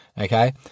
Okay